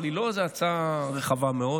אבל היא לא איזו הצעה רחבה מאוד.